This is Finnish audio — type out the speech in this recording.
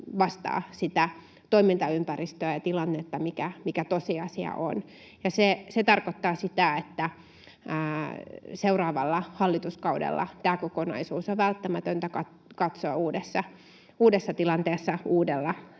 vastaa sitä toimintaympäristöä ja tilannetta, mitä tosiasiassa on. Se tarkoittaa sitä, että seuraavalla hallituskaudella tämä kokonaisuus on välttämätöntä katsoa uudessa tilanteessa uudella